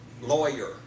lawyer